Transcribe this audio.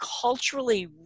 culturally